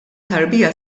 tarbija